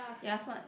you are smart